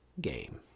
game